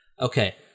Okay